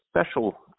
special